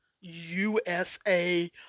USA